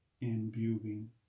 Imbuing